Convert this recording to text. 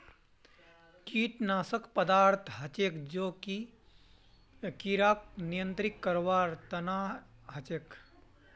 कीटनाशक पदार्थ हछेक जो कि किड़ाक नियंत्रित करवार तना हछेक